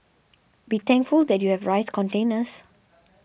be thankful that you have rice containers